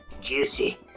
juicy